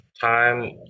time